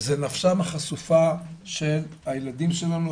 זה נפשם החשופה של הילדים שלנו,